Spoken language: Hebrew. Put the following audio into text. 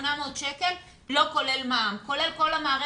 2,800 שקלים, לא כולל מע"מ, כולל כל המערכת.